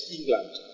England